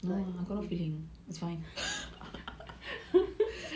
like